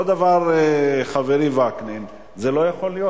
אותו דבר חברי וקנין, זה לא יכול להיות.